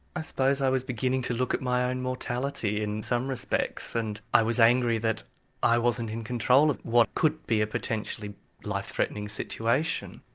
i suppose i was beginning to look at my own mortality in some respects. and i was angry that i wasn't in control of what could be a potentially life-threatening situation.